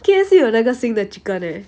K_F_C 有那个新的 chicken eh